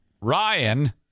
Ryan